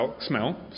smell